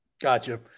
Gotcha